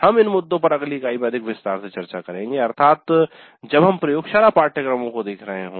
हम इन मुद्दों पर अगली इकाई में अधिक विस्तार से चर्चा करेंगे अर्थात जब हम प्रयोगशाला पाठ्यक्रमों को देख रहे हों